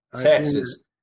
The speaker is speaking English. Texas